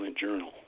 Journal